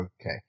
Okay